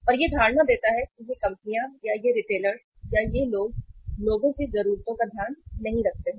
और यह धारणा देता है कि ये कंपनियां या ये रिटेलर्स या ये लोग लोगों की जरूरतों का ध्यान नहीं रखते हैं